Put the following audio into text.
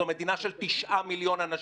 זו מדינה של 9 מיליון אנשים.